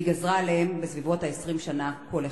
היא גזרה עליהם בסביבות 20 שנה, כל אחד,